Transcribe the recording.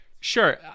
Sure